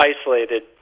isolated